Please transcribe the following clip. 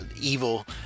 evil